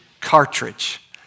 cartridge